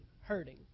hurting